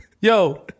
Yo